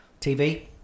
TV